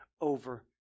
over